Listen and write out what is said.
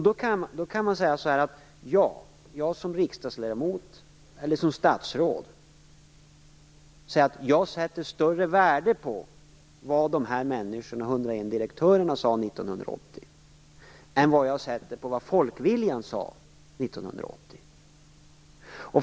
Då kan man säga: Jag som riksdagsledamot eller statsråd sätter större värde på vad de 101 direktörerna sade än på vad folkviljan sade 1980.